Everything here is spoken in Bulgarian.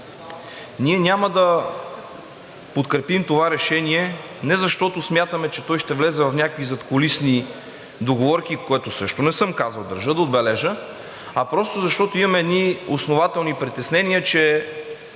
Ние няма да подкрепим това решение не защото смятаме, че той ще влезе в някакви задкулисни договорки, което също не съм казал, държа да отбележа, а просто защото имаме основателни притеснения, че